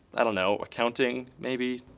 i don't know. accounting. maybe.